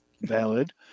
valid